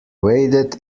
waded